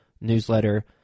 newsletter